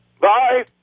Bye